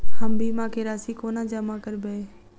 हम बीमा केँ राशि कोना जमा करबै?